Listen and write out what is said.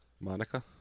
Monica